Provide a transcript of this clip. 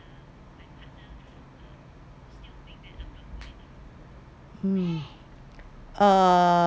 mm err